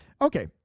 Okay